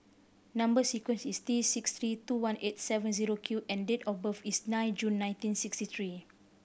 number sequence is T six three two eight one seven zero Q and date of birth is nine June nineteen sixty three